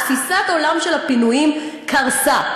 תפיסת העולם של הפינויים קרסה.